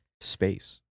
Space